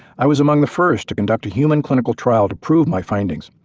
i was among the first to conduct a human clinical trial to prove my findings,